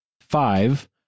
five